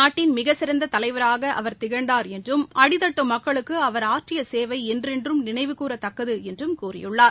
நாட்டின் மிகச்சிறந்த தலைவராக அவர் திகழ்ந்தார் என்றும் அடித்தட்டு மக்களுக்கு அவர் ஆற்றிய சேவை என்றென்றும் நினைவு கூரத்தக்கது என்றும் கூறியுள்ளார்